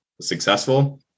successful